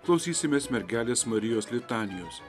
klausysimės mergelės marijos litanijos